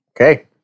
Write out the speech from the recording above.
Okay